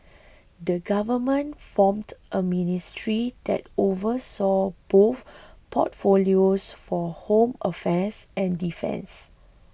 the government formed a ministry that oversaw both portfolios for home affairs and defence